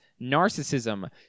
narcissism